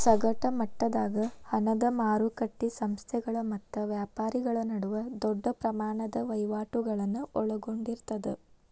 ಸಗಟ ಮಟ್ಟದಾಗ ಹಣದ ಮಾರಕಟ್ಟಿ ಸಂಸ್ಥೆಗಳ ಮತ್ತ ವ್ಯಾಪಾರಿಗಳ ನಡುವ ದೊಡ್ಡ ಪ್ರಮಾಣದ ವಹಿವಾಟುಗಳನ್ನ ಒಳಗೊಂಡಿರ್ತದ